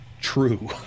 true